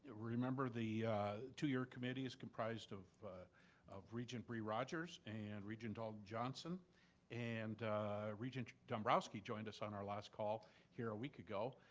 ah remember, the two-year committee is comprised of of regent bri rogers and regent donald johnson and regent dombrouski joined us on our last call here a week ago.